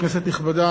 כנסת נכבדה,